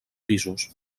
pisos